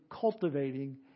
cultivating